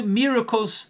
miracles